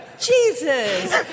Jesus